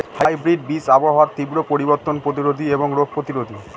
hybrid বীজ আবহাওয়ার তীব্র পরিবর্তন প্রতিরোধী এবং রোগ প্রতিরোধী